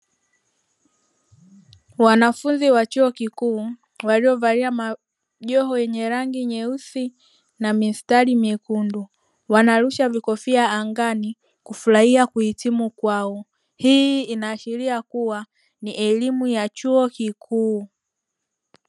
Wanafunzi chuo kikuu waliovalia majoho lenye rangi nyeusi na mistari mekundu, wanarusha vikofia angani kufurahi kuhitumu kwao hii inashiria kuwa ni elimu ya chuo kikuu.